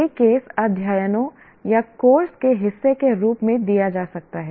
यह केस अध्ययनों या कोर्स के हिस्से के रूप में दिया जा सकता है